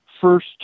first